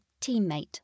teammate